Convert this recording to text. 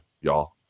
y'all